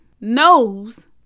knows